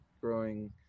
growing